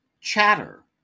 Chatter